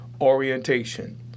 orientation